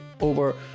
over